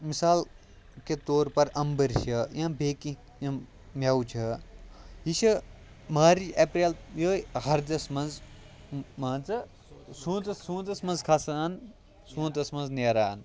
مثال کے طور پر اَمبٕرۍ چھِ یا بیٚیہِ کیٚنٛہہ یِم میٚوٕ چھِ یہِ چھِ مارٕچ اپریل یہوے ہَردَس منٛز مان ژٕ سونٛتَس سونٛتَس منٛز کھَسان سونٛتَس منٛز نیران